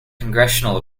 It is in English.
congressional